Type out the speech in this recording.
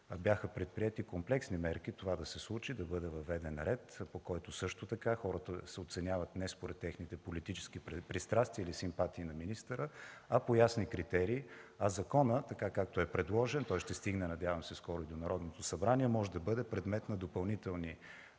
бяха предприети комплексни мерки това да се случи, да бъде въведен ред, по който хората да се оценяват не според техните политически пристрастия или симпатии на министъра, а по ясни критерии. Законът, както е предложен, надявам се скоро ще стигне до Народното събрание, може да бъде предмет на допълнителни